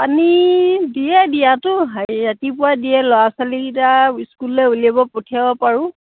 পানী দিয়ে দিয়াতো হেৰি ৰাতিপুৱা দিয়ে ল'ৰা ছোৱালীকেইটা স্কুললৈ উলিয়াব পঠিয়াব পাৰোঁ